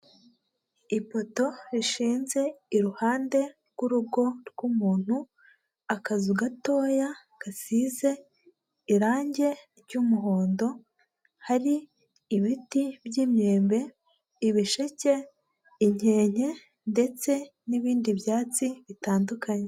Ipoto rishinze iruhande rw'urugo rw'umuntu, akazu gatoya gasize irangi ry'umuhondo, hari ibiti by'imyembe, ibisheke, inkenke ndetse n'ibindi byatsi bitandukanye.